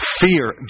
fear